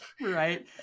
right